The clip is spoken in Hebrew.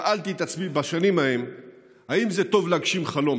שאלתי את עצמי בשנים ההן אם זה טוב להגשים חלום.